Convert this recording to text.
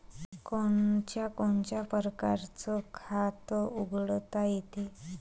कोनच्या कोनच्या परकारं खात उघडता येते?